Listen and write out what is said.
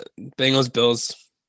Bengals-Bills